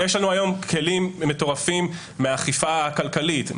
-- יש לנו היום כלים מטורפים מהאכיפה הכלכלית,